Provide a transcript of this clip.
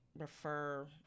refer –